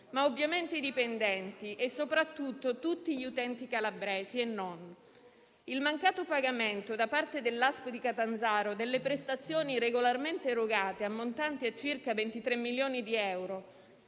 ma ovviamente i dipendenti e, soprattutto, tutti gli utenti, calabresi e non. Il mancato pagamento da parte dell'Azienda sanitaria provinciale (ASP) di Catanzaro delle prestazioni regolarmente erogate, ammontante a circa 23 milioni di euro,